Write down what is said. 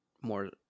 more